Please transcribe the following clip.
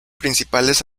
principales